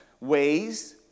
ways